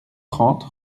trente